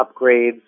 upgrades